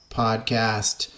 podcast